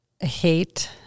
hate